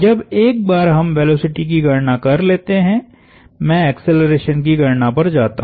जब एक बार हम वेलोसिटी की गणना कर लेते है मैं एक्सेलरेशन की गणना पर जाता हु